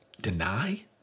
Deny